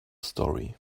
story